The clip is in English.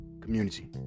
community